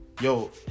yo